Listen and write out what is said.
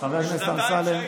חבר הכנסת אמסלם,